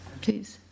Please